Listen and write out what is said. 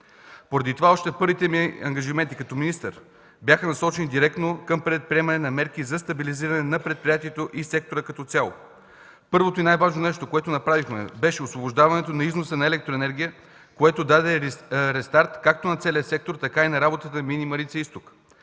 Поради това още първите ми ангажименти като министър бяха насочени директно към предприемане на мерки за стабилизиране на предприятието и сектора като цяло. Първото и най-важно нещо, което направихме, беше освобождаването на износа на електроенергия, което даде рестарт както на целия сектор, така и на работата на „Мини Марица изток”.